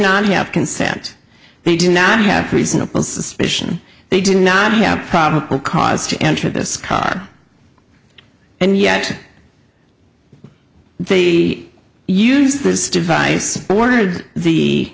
not have consent they do not have reasonable suspicion they do not have probable cause to enter this car and yet they use this device ordered the